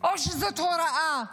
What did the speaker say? או שזאת הוראה,